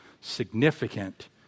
significant